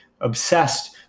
obsessed